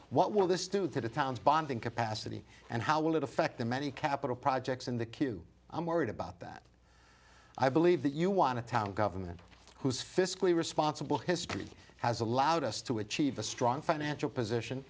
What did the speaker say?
what will this do to the town's bonding capacity and how will it affect the many capital projects in the queue i'm worried about that i believe that you want a town government whose fiscally responsible history has allowed us to achieve a strong financial position